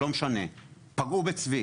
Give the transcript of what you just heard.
פגעו בצבי